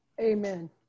Amen